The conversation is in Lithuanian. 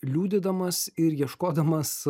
liudydamas ir ieškodamas